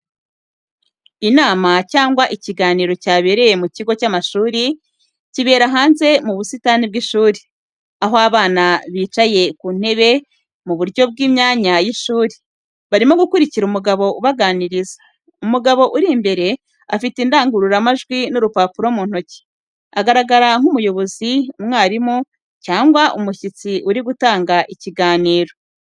Inama cyangwa ikiganiro cyabereye mu kigo cy'amashuri, kibera hanze mu busitani bw'ishuri, aho abana bicaye ku ntebe mu buryo bw’imyanya y’ishuri, barimo gukurikira umugabo ubaganiriza. Umugabo uri imbere afite indangururamajwi n’urupapuro mu ntoki, agaragara nk’umuyobozi, umwarimu, cyangwa umushyitsi uri gutanga ikiganiro.